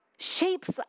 shapes